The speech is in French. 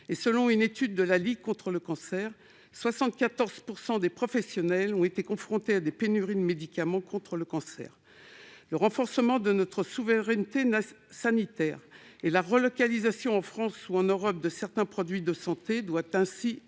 Selon une étude de la Ligue contre le cancer, 74 % des professionnels ont été confrontés à des pénuries de médicaments contre le cancer. Le renforcement de notre souveraineté sanitaire et la relocalisation en France ou en Europe de la production de certains produits de santé doivent ainsi être